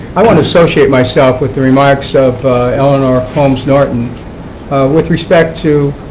i want to associate myself with the remarks of eleanor holmes norton with respect to